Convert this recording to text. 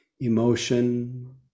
emotion